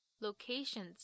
locations